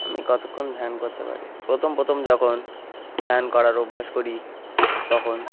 আমি কতক্ষণ ধ্যান করতে পারি প্রথম প্রথম যখন ধ্যান করার অভ্যাস করি তখন